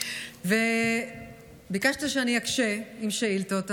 ביקשת שאני אקשה בשאילתות,